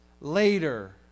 later